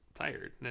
tired